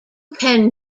can